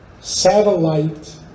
satellite